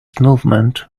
movement